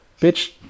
bitch